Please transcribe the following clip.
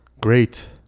great